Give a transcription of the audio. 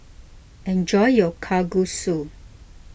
enjoy your Kalguksu